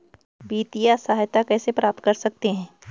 वित्तिय सहायता कैसे प्राप्त कर सकते हैं?